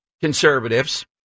conservatives